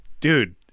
Dude